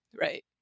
right